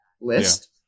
list